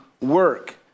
work